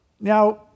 Now